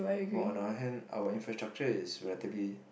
while on our hand our infrastructure is relatively